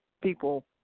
people